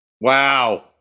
Wow